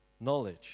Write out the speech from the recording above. knowledge